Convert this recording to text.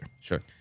Sure